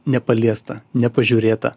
nepaliesta nepažiūrėta